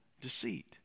deceit